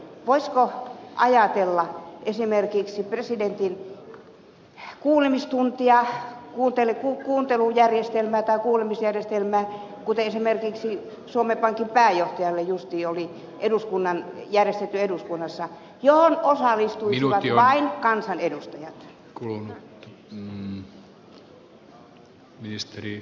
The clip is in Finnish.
voisiko ajatella esimerkiksi presidentin kuulemistuntia kuulemisjärjestelmää kuten esimerkiksi suomen pankin pääjohtajalla juuri oli järjestettiin eduskunnassa johon osallistuisivat vain kansanedustajat